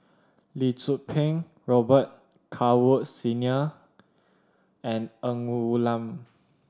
Lee Tzu Pheng Robet Carr Woods Senior and Ng Woon Lam